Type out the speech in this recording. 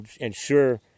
ensure